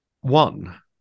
one